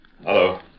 Hello